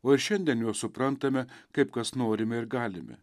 o ir šiandien juos suprantame kaip kas norime ir galime